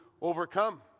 overcome